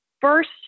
first